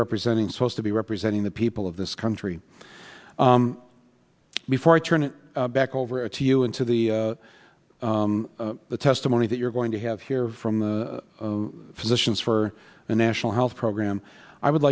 representing supposed to be representing the people of this country before i turn it back over to you into the the testimony that you're going to have here from the physicians for a national health program i would